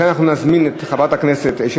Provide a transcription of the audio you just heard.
לכן אנחנו נזמין את חברת הכנסת שלי